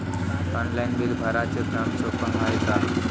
Online bill भराच काम सोपं हाय का?